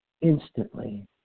instantly